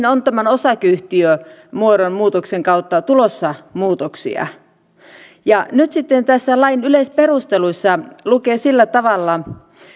on tämän osakeyhtiömuodon muutoksen kautta tulossa muutoksia nyt näissä lain yleisperusteluissa lukee sillä tavalla